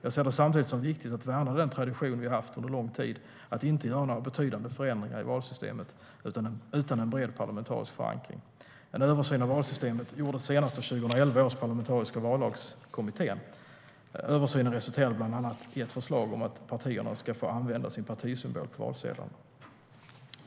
Jag ser det samtidigt som viktigt att värna den tradition vi haft under lång tid att inte göra några betydande förändringar i valsystemet utan en bred parlamentarisk förankring. En översyn av valsystemet gjordes senast av 2011 års parlamentariska vallagskommitté. Översynen resulterade bland annat i ett förslag om att partierna ska få använda sin partisymbol på valsedlarna.